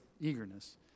eagerness